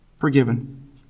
Forgiven